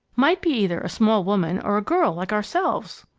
might be either a small woman or a girl like ourselves.